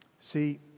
See